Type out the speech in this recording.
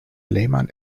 lehmann